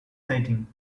setting